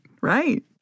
Right